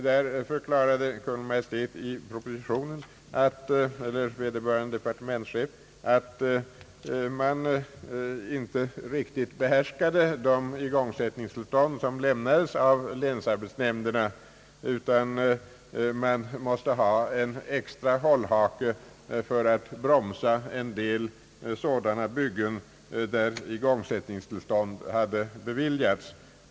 Då förklarade vederbörande departementschef i propositionen, att man inte riktigt behärskade de igångsättningstillstånd, som lämnades av länsarbetsnämnderna, utan att man måste ha en extra hållhake för att bromsa en del byggen, för vilka igångsättningstillstånd hade beviljats.